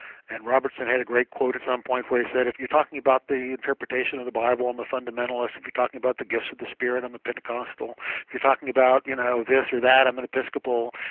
robertson had a great quote at some point where he said, if you're talking about the interpretation of the bible, i'm a fundamentalists if you're talking about the gifts of the spirit, i'm a pentecostal, if you're talking about you know this or that, i'm an episcopal.